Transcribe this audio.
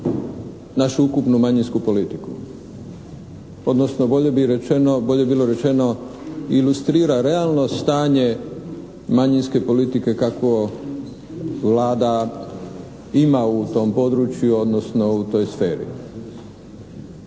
našu ukupnu manjinsku politiku, odnosno bolje bi bilo rečeno ilustrira realno stanje manjinske politike kakvo Vlada ima u tom području odnosno u toj sferi.